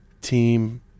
team